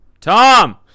tom